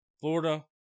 Florida